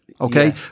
Okay